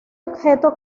objeto